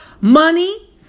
Money